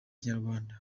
kinyarwanda